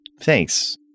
Thanks